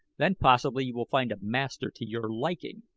then possibly you will find a master to your liking.